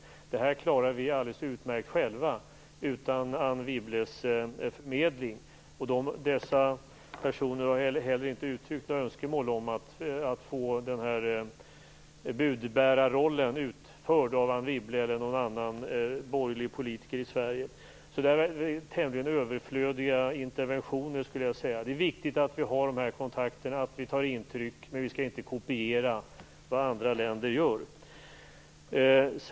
Det här klarar vi alldeles utmärkt utan Anne Wibbles förmedling. Dessa personer har heller inte uttryckt några önskemål om att Anne Wibble eller någon annan borgerlig politiker i Sverige skall ta på sig rollen som budbärare. Därför är detta tämligen överflödiga interventioner. Det är viktigt att vi har dessa kontakter och att vi tar intryck, men vi skall inte kopiera vad andra länder gör.